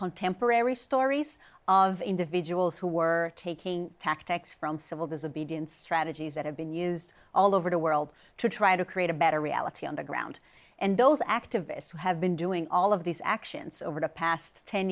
contemporary stories of individuals who were taking tactics from civil disobedience strategies that have been used all over the world to try to create a better reality on the ground and those activists who have been doing all of these actions over the past ten